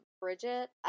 bridget